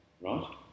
Right